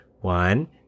one